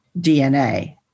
DNA